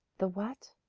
the what?